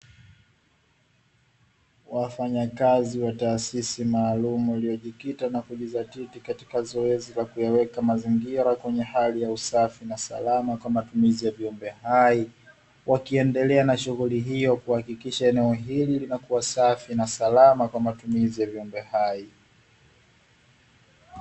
Wafanyakazi wa taasisi maalumu iliyojikita na kujidhatiti katika zoezi la kuyaweka mazingira kwenye hali ya usafi na salama kwa matumizi ya viumbe hai, wakiendelea na shuguli hiyo kuhakikisha eneo hili linakua safi na salama kwa matumizi ya viumbe hai.